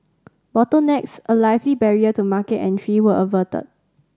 bottlenecks a likely barrier to market entry were averted